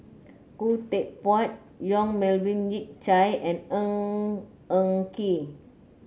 Khoo Teck Puat Yong Melvin Yik Chye and Ng Eng Kee